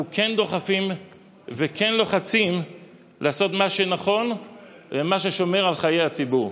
אנחנו כן דוחפים וכן לוחצים לעשות מה שנכון ומה ששומר על חיי הציבור.